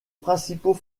principaux